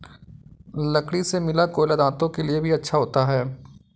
लकड़ी से मिला कोयला दांतों के लिए भी अच्छा होता है